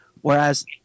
Whereas